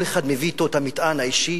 כל אחד מביא אתו את המטען האישי,